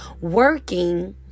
working